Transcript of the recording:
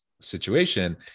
situation